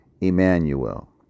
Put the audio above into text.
Emmanuel